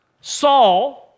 Saul